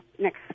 next